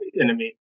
enemy